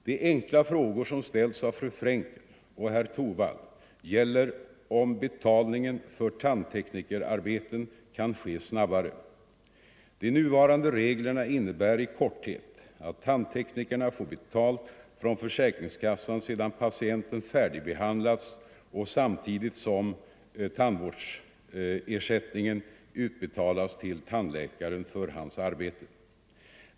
De enkla frågor som ställts av fru Frenkel och herr Torwald gäller om betalningen för tandteknikerarbeten kan ske snabbare. De nuvarande reglerna innebär i korthet att tandteknikerna får betalt från försäkringskassan sedan patienten färdigbehandlats och samtidigt som tandvårdsersättningen utbetalas till tandläkaren för hans arbete.